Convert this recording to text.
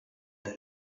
that